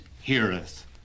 heareth